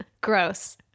Gross